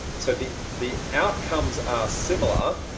so the the outcomes are similar,